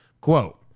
Quote